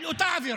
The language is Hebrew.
על אותה עבירה.